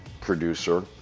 producer